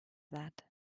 that